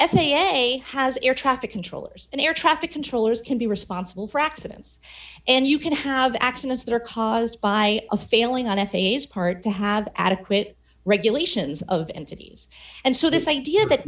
a has air traffic controllers and air traffic controllers can be responsible for accidents and you can have accidents that are caused by a failing on f a's part to have adequate regulations of entities and so this idea that